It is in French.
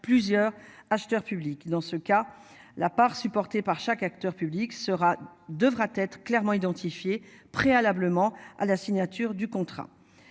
plusieurs acheteurs publics dans ce cas la part supportée par chaque acteur public sera devra être clairement identifiés, préalablement à la signature du contrat.